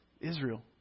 Israel